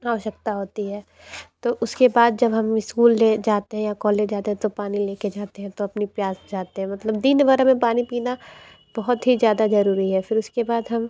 आवश्यकता होती है तो उसके बाद जब हम स्कूल जाते हैं या कॉलेज जाते हैं तो पानी लेकर जाते हैं तो अपनी प्यास बुझाते हैं मतलब दिन भर में पानी पीना बहुत ही ज़्यादा ज़रूरी है फिर उसके बाद हम